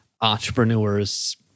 entrepreneurs